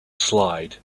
slide